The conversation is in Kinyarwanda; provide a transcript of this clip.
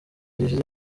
gishize